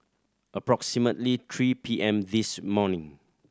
approximately three P M this morning